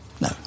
No